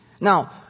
Now